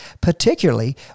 particularly